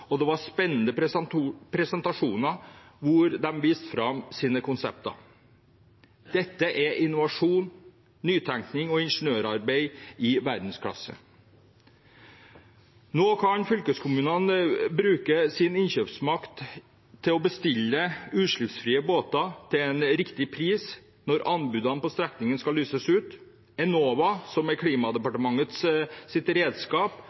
og det var spennende presentasjoner hvor de viste fram sine konsepter. Dette er innovasjon, nytenkning og ingeniørarbeid i verdensklasse. Nå kan fylkeskommunene bruke sin innkjøpsmakt til å bestille utslippsfrie båter til en riktig pris når anbudene på strekningene skal lyses ut. Enova, som er Klima- og miljødepartementets redskap,